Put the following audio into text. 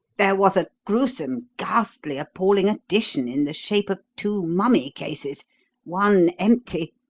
there was a gruesome, ghastly, appalling addition in the shape of two mummy cases one empty,